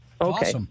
okay